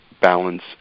balance